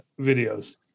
videos